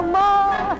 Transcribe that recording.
more